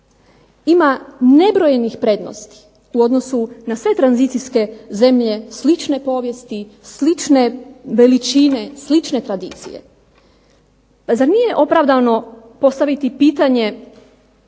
ima nebrojenih prednosti u odnosu na sve tranzicijske zemlje slične povijesti, slične veličini, slične tradicije. Pa zar nije opravdano postaviti pitanje